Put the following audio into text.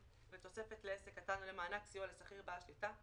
לתוספת לעסק קטן או למענק סיוע לשכיר בעל שליטה,